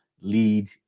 lead